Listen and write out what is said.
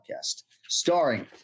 Starring